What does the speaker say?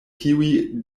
tiuj